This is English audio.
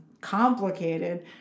complicated